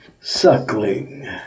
suckling